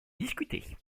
discutée